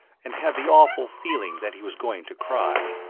and had the awful feeling that he was going to cry.